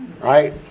right